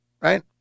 right